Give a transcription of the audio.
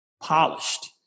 polished